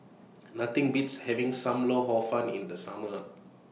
Nothing Beats having SAM Lau Hor Fun in The Summer